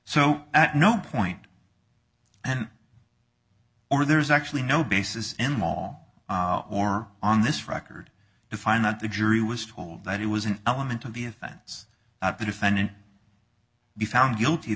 so at no point and or there's actually no basis in the mall or on this record to find that the jury was told that it was an element of the offense of the defendant be found guilty